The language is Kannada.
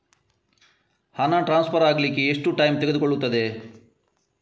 ಹಣ ಟ್ರಾನ್ಸ್ಫರ್ ಅಗ್ಲಿಕ್ಕೆ ಎಷ್ಟು ಟೈಮ್ ತೆಗೆದುಕೊಳ್ಳುತ್ತದೆ?